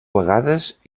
vegades